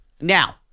Now